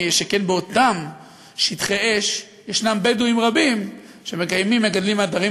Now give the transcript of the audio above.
שכן באותם שטחי אש יש בדואים רבים שמקיימים ומגדלים עדרים,